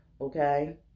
okay